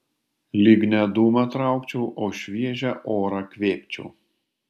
lyg ne dūmą traukčiau o šviežią orą kvėpčiau